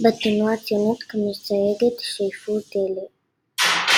בתנועה הציונית כמייצגת שאיפות אלה.